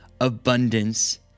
abundance